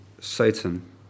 Satan